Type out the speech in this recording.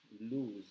lose